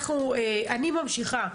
אני ממשיכה,